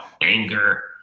anger